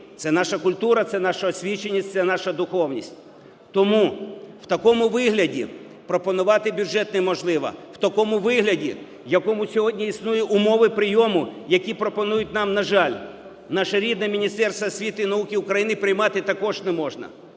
це наша культура, це наша освіченість, це наша духовність. Тому в такому вигляді пропонувати бюджет неможливо, а такому вигляді, в якому сьогодні існують умови прийому, які пропонують нам, на жаль, наше рідне Міністерство освіти і науки України, приймати також не можна.